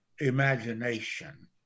imagination